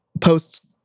posts